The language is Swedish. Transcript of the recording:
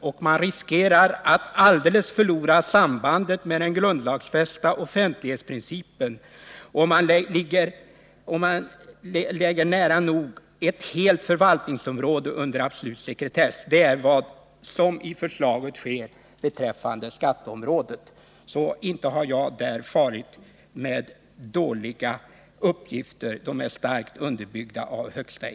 Och man riskerar att alldeles förlora sambandet med den grundlagsfästa offentlighetsprincipen om man lägger nära nog ett helt förvaltningsområde under absolut sekretess. Det är vad som i förslaget sker beträffande skatteområdet.” Så inte har jag lämnat felaktiga uppgifter — de är starkt underbyggda av expertis.